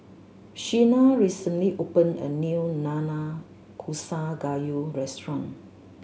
Shenna recently opened a new Nanakusa Gayu restaurant